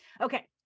okay